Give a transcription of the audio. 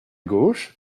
gauche